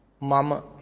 Mama